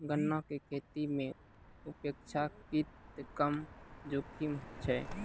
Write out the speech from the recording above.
गन्ना के खेती मॅ अपेक्षाकृत कम जोखिम छै